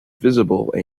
visible